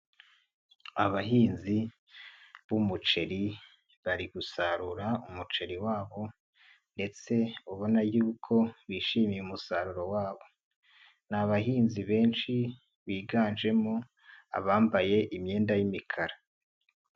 Abahinzi b'umuceri, bari gusarura umuceri wabo, ndetse ubona y'uko bishimiye umusaruro wabo. Ni abahinzi benshi biganjemo abambaye imyenda y'imikara.